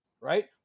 right